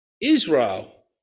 Israel